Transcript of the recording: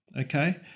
Okay